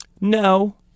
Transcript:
No